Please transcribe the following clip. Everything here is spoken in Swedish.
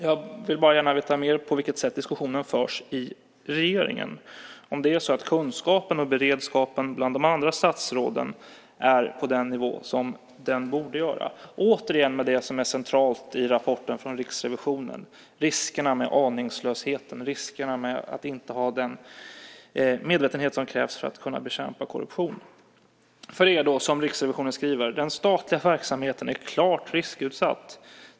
Jag vill bara gärna veta på vilket sätt diskussionen förs i regeringen. Är kunskapen och beredskapen bland de andra statsråden på den nivå som den borde vara med tanke på det som är centralt i rapporten från Riksrevisionen? Det är riskerna med aningslöshet och riskerna med att inte ha den medvetenhet som krävs för att bekämpa korruption. Som Riksrevisionen skriver: Den statliga verksamheten är klart riskutsatt.